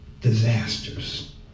disasters